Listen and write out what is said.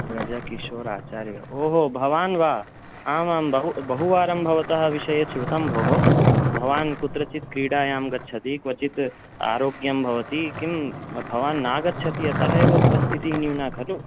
ब्रजकिशोर् आचार्य ओहो भवान् वा आमां बहुवारं भवतः विषये श्रुतं भोः भवान् कुत्रचित् क्रीडायां गच्छति क्वचित् आरोग्यं भवति किं भवान् नागच्छति अतः एव उपस्थितिः न्यूना खलु